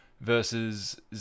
versus